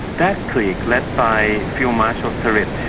that clique, led by field marshal sarit,